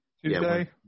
Tuesday